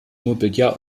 mobiliar